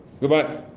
Goodbye